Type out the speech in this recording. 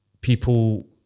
people